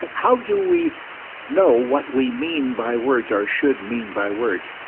how do we know what we mean by words, or should mean by words?